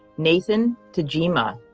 nathan tajima.